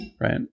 Right